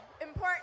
important